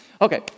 Okay